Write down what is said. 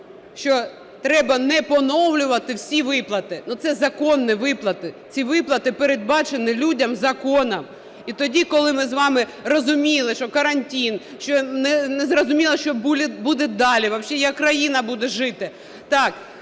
Що треба не поновлювати всі виплати. Це законні виплати, ці виплати передбачені людям законом. І тоді, коли ми з вами розуміли, що карантин, що незрозуміло, що буде далі, вообще як країна буде жити.